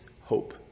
hope